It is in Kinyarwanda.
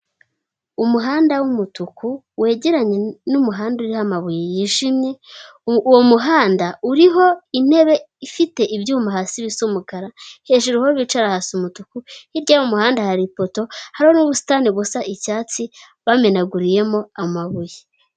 Umuhanda w'umutuku wegeranye n'umuhanda uriho amabuye yijimye, uwo muhanda uriho intebe ifite ibyuma hasi bisa umukara, hejuru aho bicara hasa umutuku, hirya y'uwo muhanda hari ipoto, hariho n'ubusitani busa icyatsi bamenaguriyemo amabuye.